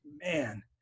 man